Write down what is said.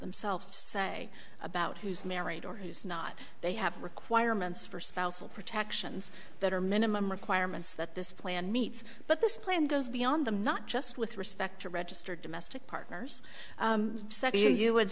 themselves to say about who's married or who's not they have requirements for spousal protections that are minimum requirements that this plan meets but this plan goes beyond them not just with respect to registered domestic partners said you know you would